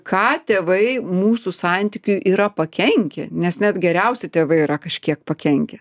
ką tėvai mūsų santykiui yra pakenkę nes net geriausi tėvai yra kažkiek pakenkę